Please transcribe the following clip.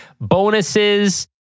Bonuses